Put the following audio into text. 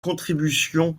contribution